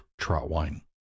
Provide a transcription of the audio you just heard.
Trotwine